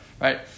right